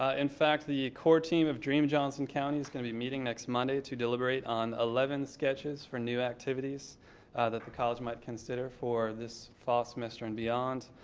ah in fact, the core team of dream johnson county is going to be meeting next monday to deliberate on eleven sketches for new activities that the college might consider for this fall semester and beyond.